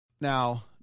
Now